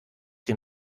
den